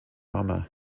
armagh